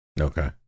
Okay